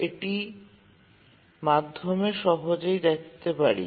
এটির মাধ্যমে আমরা সহজেই পদ্ধতিটি বুঝতে পারি